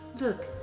Look